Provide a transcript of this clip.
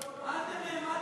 מה אתה בהלם?